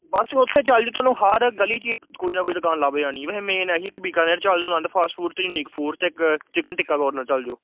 ਬੱਸ ਉੱਥੇ ਚੱਲ ਜਾਓ ਤੁਹਾਨੂੰ ਹਰ ਗਲੀ 'ਚ ਕੋਈ ਨਾ ਕੋਈ ਦੁਕਾਨ ਲੱਭ ਜਾਣੀ ਵੈਸੇ ਮੇਨ ਇਹੀ ਕਿ ਬੀਕਾਨੇਰ ਚੱਲ ਜਾਓ ਅਨੰਦ ਫਾਸਟ ਫੂਡ ਅਤੇ ਯੂਨੀਕ ਫੂਡ ਅਤੇ ਇੱਕ ਚਿਕਨ ਟਿੱਕਾ ਕੋਰਨਰ ਚੱਲ ਜਾਓ